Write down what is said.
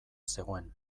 zegoen